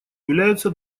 являются